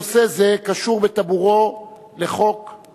נושא זה קשור בטבורו לחוק-יסוד: